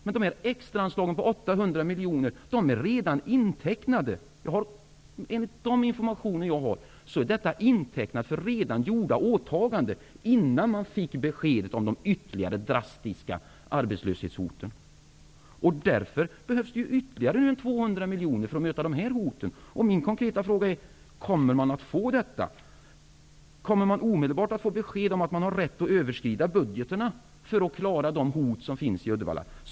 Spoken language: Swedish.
Men dessa extraanslag på 800 miljoner är redan intecknade. Enligt de informationer jag har, är de intecknade för redan gjorda åtaganden innan man fick beskedet om de ytterligare drastiska arbetslöshetshoten. Därför behövs det ytterligare ca 200 miljoner för att möta dessa hot. Min konkreta fråga är om man kommer att få dessa. Kommer man omedelbart att få besked om att man har rätt att överskrida budgeten för att klara de hot som finns i Uddevalla?